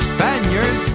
Spaniard